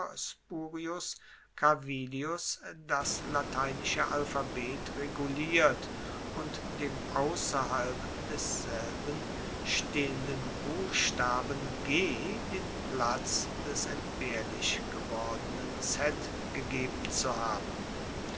spurius carvilius das lateinische alphabet reguliert und dem ausserhalb desselben stehenden buchstaben g den platz des entbehrlich gewordenen z gegeben zu haben